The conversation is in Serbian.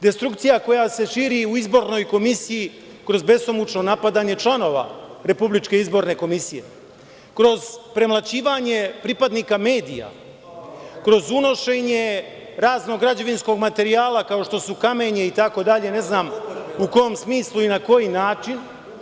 Destrukcija koja se širi u izbornoj komisiji kroz besomučno napadanje članova RIK, kroz premlaćivanje pripadnika medija, kroz unošenje raznog građevinskog materijala kao što su kamenje itd, ne znam u kom smislu i na koji način.